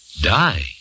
Die